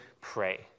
pray